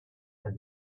said